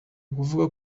ukuvuga